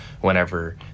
whenever